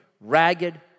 ragged